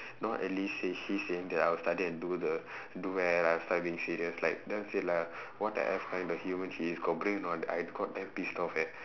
now at least say she's saying that I will study and do the do well last time being serious like then I say lah what the F kind of human she is completely not I got damn pissed off eh